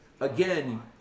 Again